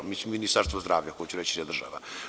Mislim, Ministarstvo zdravlja, hoću reći, a ne država.